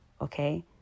okay